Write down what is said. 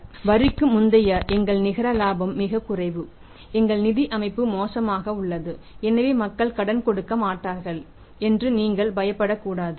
எனவே வரிக்கு முந்தைய எங்கள் நிகர லாபம் மிகக் குறைவு எங்கள் நிதி அமைப்பு மோசமாக உள்ளது எனவே மக்கள் கடன் கொடுக்க மாட்டார்கள் என்று நீங்கள் பயப்படக்கூடாது